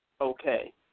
okay